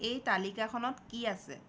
এই তালিকাখনত কি আছে